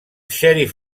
xèrif